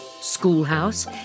schoolhouse